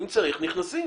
אם צריך נכנסים.